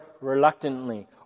reluctantly